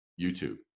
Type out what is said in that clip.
YouTube